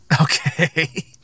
Okay